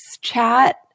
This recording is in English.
chat